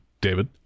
david